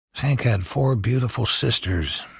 hank had four beautiful sisters,